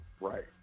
Right